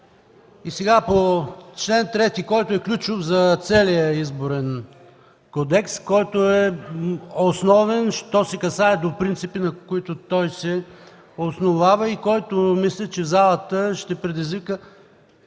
Сега по чл. 3, който е ключов за целия Изборен кодекс, който е основен що се касае до принципи, на които той се основава. Мисля, че в залата той ще предизвика